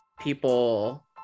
people